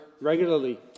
regularly